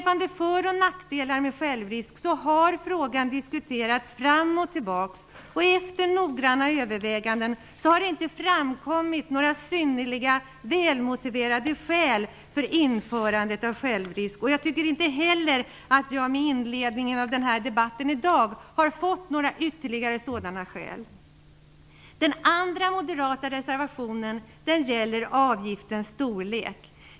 För och nackdelar med självrisk har diskuterats fram och tillbaka. Efter noggranna överväganden har det inte framkommit några synnerliga, välmotiverade skäl för införandet av självrisk. Jag tycker inte heller att jag i inledningen av debatten i dag har fått några ytterliga sådana skäl. Den andra moderata reservationen gäller avgiftens storlek.